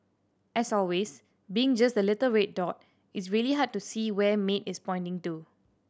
as always being just the little red dot it's really hard to see where Maid is pointing to